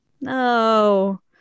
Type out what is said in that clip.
no